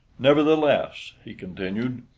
nevertheless, he continued,